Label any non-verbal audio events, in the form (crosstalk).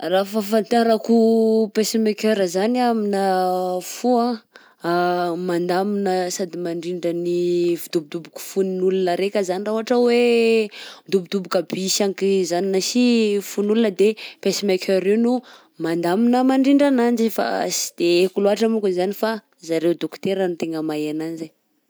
Raha fahafantarako pacemaker zany aminà fo anh, (hesitation) mandamina sady mandrindra ny fidobodoboka fon'olona raika zany, raha ohatra hoe midobodoboka bi sy ankizanona si fon'olona de pacemaker io no mandamina, mandrindra ananjy, fa sy de haiko loatra monko zany fa zareo dokotera no tegna mahay ananjy.